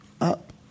up